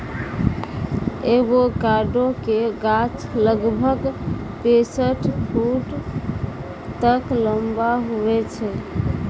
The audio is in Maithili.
एवोकाडो के गाछ लगभग पैंसठ फुट तक लंबा हुवै छै